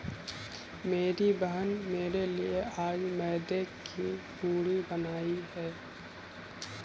मेरी बहन में मेरे लिए आज मैदे की पूरी बनाई है